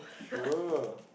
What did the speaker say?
sure